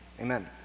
Amen